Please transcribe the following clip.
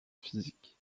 physique